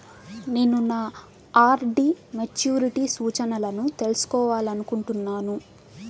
నేను నా RD maturity సూచనలను తెలుసుకోవాలనుకుంటున్నాను